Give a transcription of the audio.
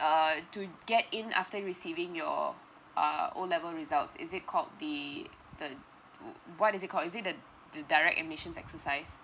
err to get in after receiving your uh O level results is it called the the uh what is it called is it the the direct admissions exercise